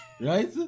right